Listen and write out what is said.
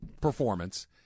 performance